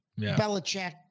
Belichick